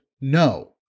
No